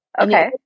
Okay